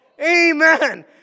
Amen